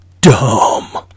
dumb